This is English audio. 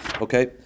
okay